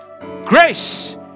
Grace